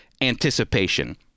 anticipation